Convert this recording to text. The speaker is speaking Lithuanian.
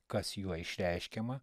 kas juo išreiškiama